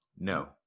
No